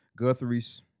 Guthries